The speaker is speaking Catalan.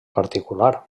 particular